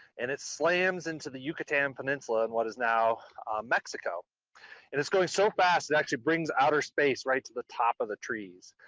and it slams into the yucatan peninsula in what is now mexico, and and it's going so fast. it actually brings outer space, right to the top of the trees.